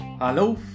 Hello